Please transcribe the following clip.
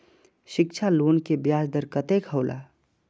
शिक्षा लोन के ब्याज दर कतेक हौला?